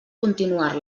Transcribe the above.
continuar